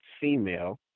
female